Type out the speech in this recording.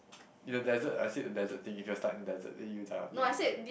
in a desert I said the desert thing if you are stuck in the desert then you die of dehydration